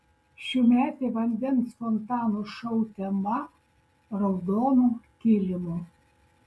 šiųmetė vandens fontanų šou tema raudonu kilimu